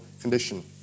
condition